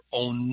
own